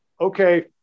Okay